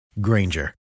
Granger